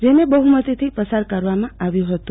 જેને બફુમતીથી પસાર કરવામાં આવ્યુ હતું